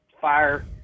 fire